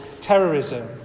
terrorism